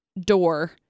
door